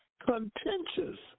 contentious